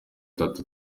itatu